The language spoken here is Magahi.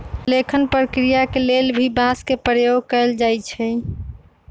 लेखन क्रिया के लेल भी बांस के प्रयोग कैल जाई छई